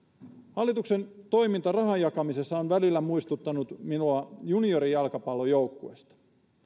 hallituksen toiminta rahan jakamisessa on välillä muistuttanut minua juniorijalkapallojoukkueesta kun